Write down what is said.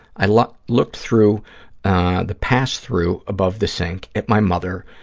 i looked looked through the pass-through about the sink at my mother,